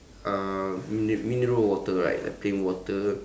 uh mine~ mineral water right like plain water